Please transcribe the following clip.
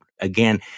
Again